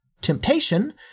temptation